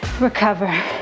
recover